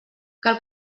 cal